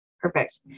Perfect